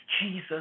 Jesus